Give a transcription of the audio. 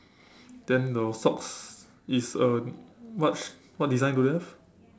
then the socks is a what what design do you have